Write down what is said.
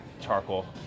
charcoal